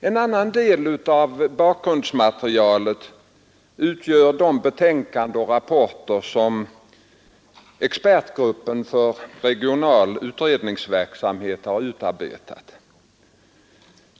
En annan del av bakgrundsmaterialet utgör de betänkanden och rapporter som expertgruppen för regional utredningsverksamhet har utarbetat.